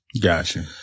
Gotcha